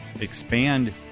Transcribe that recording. expand